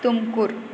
Tumkur